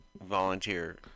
volunteer